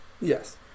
Yes